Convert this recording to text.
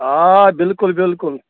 آ بِلکُل بِلکُل